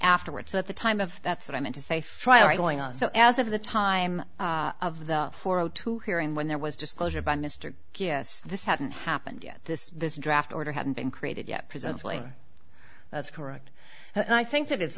afterwards at the time of that's what i meant to say try going on so as of the time of the four zero two hearing when there was disclosure by mr yes this hadn't happened yet this this draft order hadn't been created yet present swelling that's correct and i think that i